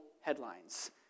headlines